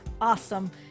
awesome